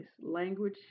language